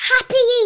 Happy